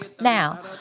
Now